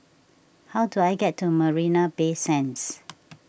how do I get to Marina Bay Sands